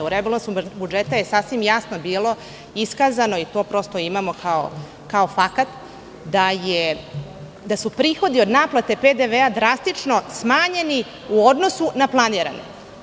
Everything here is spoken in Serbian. U rebalansu budžeta je sasvim jasno bilo iskazano i to imamo kao fakat da su prihodi od naplate PDV drastično smanjeni u odnosu na planirane.